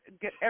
get